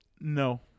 No